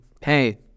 hey